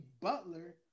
Butler